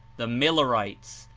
the millerites,